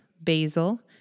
basil